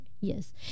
Yes